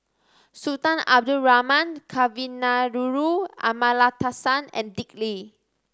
Sultan Abdul Rahman Kavignareru Amallathasan and Dick Lee